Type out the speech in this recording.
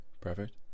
perfect